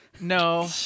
No